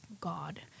God